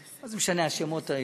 מה זה משנה, השמות האלה.